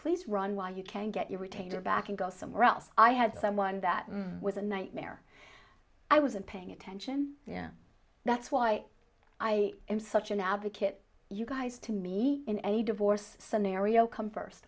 please run while you can get your retainer back and go somewhere else i had someone that was a nightmare i wasn't paying attention yeah that's why i am such an advocate you guys to me in a divorce scenario come first